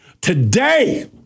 Today